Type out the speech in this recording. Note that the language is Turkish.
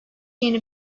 yeni